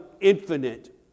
infinite